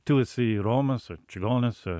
tu esi romas ar čigonas a